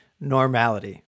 normality